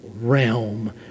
Realm